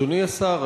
אדוני השר,